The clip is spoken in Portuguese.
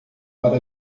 para